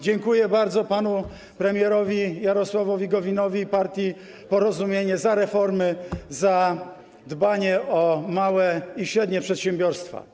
Dziękuję bardzo panu premierowi Jarosławowi Gowinowi i partii Porozumienie za reformy, za dbanie o małe i średnie przedsiębiorstwa.